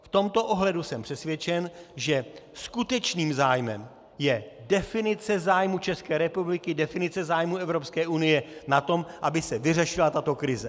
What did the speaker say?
V tomto ohledu jsem přesvědčen, že skutečným zájmem je definice zájmů České republiky, definice zájmů Evropské unie na tom, aby se vyřešila tato krize.